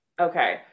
Okay